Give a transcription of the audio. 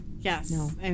Yes